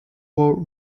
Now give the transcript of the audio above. wow